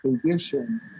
condition